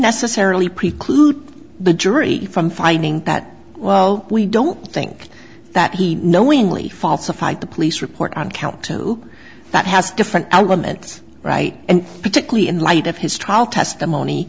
necessarily preclude the jury from finding that well we don't think that he knowingly falsified the police report on count two that has different outcome it right and particularly in light of his trial testimony